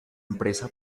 empresa